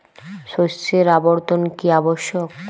শস্যের আবর্তন কী আবশ্যক?